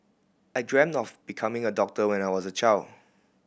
I dreamt of becoming a doctor when I was a child